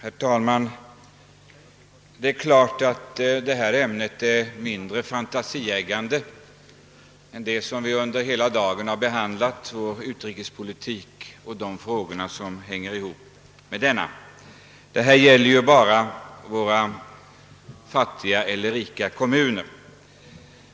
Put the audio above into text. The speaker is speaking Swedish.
Herr talman! Det är klart att detta ämne är mindre fantasieggande än det som vi förut under hela dagen har behandlat, nämligen vår utrikespolitik och de frågor som hänger ihop med denna. Det gäller ju här bara våra fattiga eller rika kommuner.